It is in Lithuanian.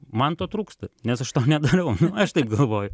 man to trūksta nes aš to nedariau aš taip galvoju